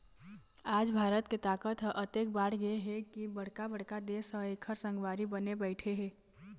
आज भारत के ताकत ह अतेक बाढ़गे हे के बड़का बड़का देश ह एखर संगवारी बने बइठे हे